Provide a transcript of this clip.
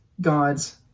God's